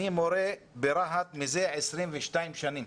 אני מורה ברהט מזה 22 שנים.